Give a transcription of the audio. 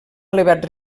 elevat